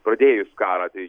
pradėjus karą tai